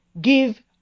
Give